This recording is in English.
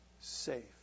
safe